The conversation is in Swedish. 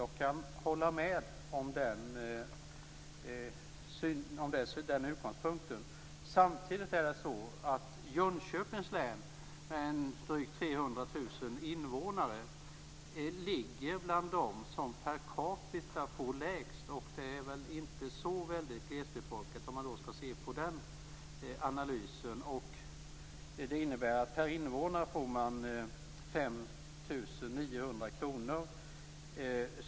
Jag kan instämma i den utgångspunkten. Men samtidigt har vi t.ex. Jönköpings län. Länet har drygt 300 000 invånare och får per capita lägst belopp. Men länet är inte så glesbefolkat. Per invånare blir det 5 900 kr.